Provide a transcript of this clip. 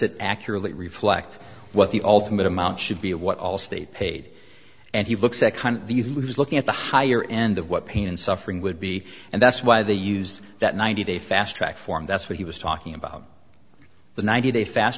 it accurately reflect what the ultimate amount should be of what allstate paid and he looks at kind of these was looking at the higher end of what pain and suffering would be and that's why they used that ninety day fast track form that's what he was talking about the ninety day fast